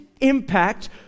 impact